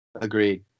Agreed